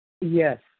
Yes